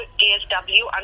dsw